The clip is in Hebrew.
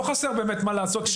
לא חסר מה לעשות איתם.